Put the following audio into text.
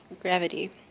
gravity